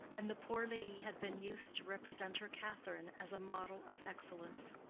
and the poor lady had been used to represent her catherine as a model of excellence.